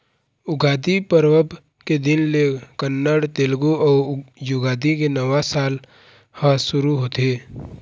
उगादी परब के दिन ले कन्नड़, तेलगु अउ युगादी के नवा साल ह सुरू होथे